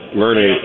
learning